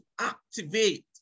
activate